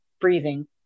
breathing